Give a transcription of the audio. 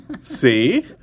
See